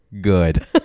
good